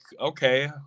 okay